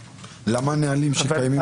הבנים שלי היו בצבא חמש שנים,